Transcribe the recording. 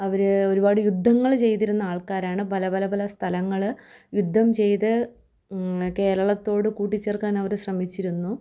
അവർ ഒരുപാട് യുദ്ധങ്ങൾ ചെയ്തിരുന്നാൾക്കാരാണ് പല പല പല സ്ഥലങ്ങൾ യുദ്ധം ചെയ്ത് കേരളത്തോടു കൂട്ടിച്ചേർക്കാനവർ ശ്രമിച്ചിരുന്നു